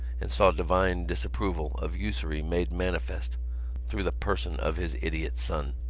and saw divine disapproval of usury made manifest through the person of his idiot son.